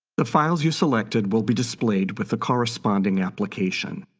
the files you selected will be displayed with the corresponding application.